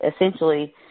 essentially